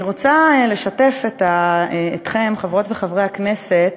אני רוצה לשתף אתכם, חברות וחברי הכנסת,